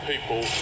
people